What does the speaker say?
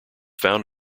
found